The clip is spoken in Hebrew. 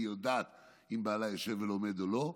היא יודעת אם בעלה יושב ולומד או לא.